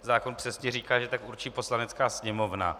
Zákon přesně říká, že tak určí Poslanecká sněmovna.